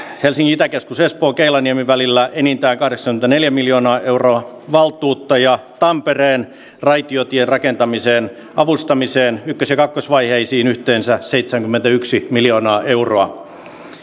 itäkeskus espoon keilaniemi välillä enintään kahdeksankymmentäneljä miljoonaa euroa valtuutta ja tampereen raitiotien rakentamisen avustamiseen ykkös ja kakkosvaiheisiin yhteensä seitsemänkymmentäyksi miljoonaa euroa